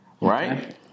right